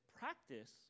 practice